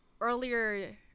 earlier